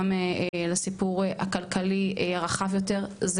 גם לסיפור הכלכלי הרחב יותר,